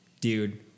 dude